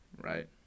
Right